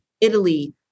Italy